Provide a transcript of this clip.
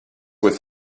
with